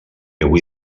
avui